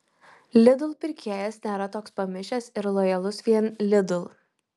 lidl pirkėjas nėra toks pamišęs ir lojalus vien lidl